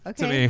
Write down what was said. Okay